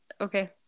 Okay